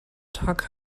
tag